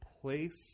place